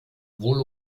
wohl